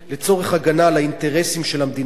הגנה על האינטרסים של המדינה והציבור.